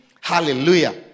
Hallelujah